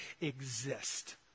exist